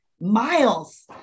miles